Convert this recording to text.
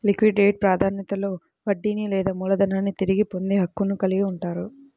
liquidate ప్రాధాన్యతలో వడ్డీని లేదా మూలధనాన్ని తిరిగి పొందే హక్కును కలిగి ఉంటారు